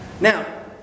Now